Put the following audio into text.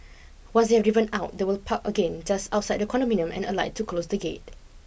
once they have driven out they will park again just outside the condominium and alight to close the gate